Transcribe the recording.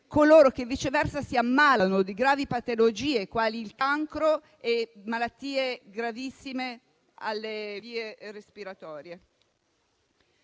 coloro che si ammalano di gravi patologie, quali il cancro e malattie gravissime alle vie respiratorie.